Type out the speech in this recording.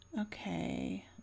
okay